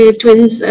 twins